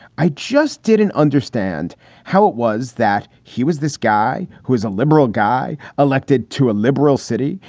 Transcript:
i just didn't understand how it was that he was this guy who is a liberal guy elected to a liberal city,